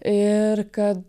ir kad